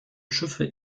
schiffe